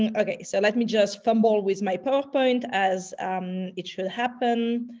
and ok, so let me just fumble with my powerpoint as it should happen.